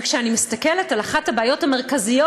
וכשאני מסתכלת על אחת הבעיות המרכזיות